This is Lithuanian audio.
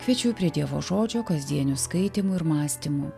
kviečiu prie dievo žodžio kasdienių skaitymų ir mąstymų